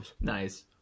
Nice